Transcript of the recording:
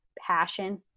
passion